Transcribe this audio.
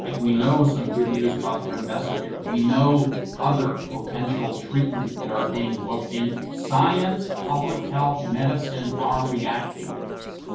and we know some good news about the remdesivir. we know other potential treatments that are being looked into. science, public health, medicine, are reacting to this.